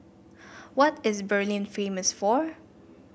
what is Berlin famous for